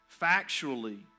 factually